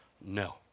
No